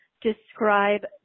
describe